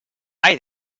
hay